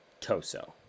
toso